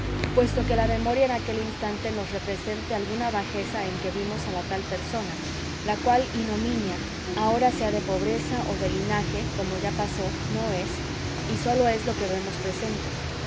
puesto que la memoria en aquel instante nos represente alguna bajeza en que vimos a la tal persona la cual inominia ahora sea de pobreza o de linaje como ya pasó no es y sólo es lo que vemos presente